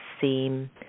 seem